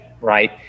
right